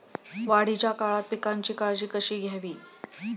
वाढीच्या काळात पिकांची काळजी कशी घ्यावी?